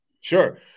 Sure